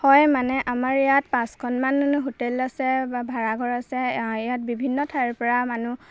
হয় মানে আমাৰ ইয়াত পাঁচখনমান এনেই হোটেল আছে বা ভাড়াঘৰ আছে ইয়াত বিভিন্ন ঠাইৰ পৰা মানুহ